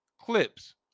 clips